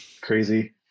crazy